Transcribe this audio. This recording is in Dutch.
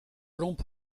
romp